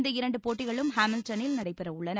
இந்த இரண்டு போட்டிகளும் ஹாமில்டனில் நடைபெறவுள்ளன